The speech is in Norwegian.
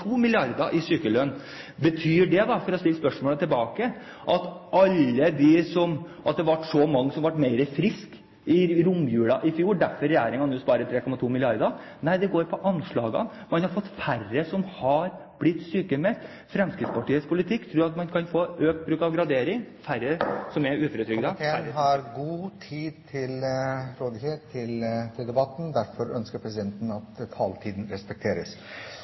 mrd. kr i sykelønn. Betyr det – for å stille spørsmålet tilbake – at det ble så mange som ble friskere i romjula i fjor, og at regjeringen derfor nå sparer 3,2 mrd. kr? Nei, det går på anslagene. Man har fått færre som har blitt sykmeldt. Med Fremskrittspartiets politikk tror vi at man kan få økt bruk av gradering , færre som er uføretrygdet, og færre som er sykemeldt. Komiteen har god tid til rådighet til debatten, derfor ønsker presidenten at